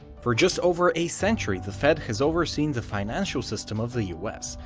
for just over a century the fed has overseen the financial system of the us,